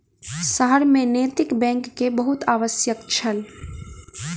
शहर में नैतिक बैंक के बहुत आवश्यकता छल